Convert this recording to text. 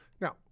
Now